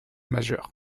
majeur